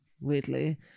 weirdly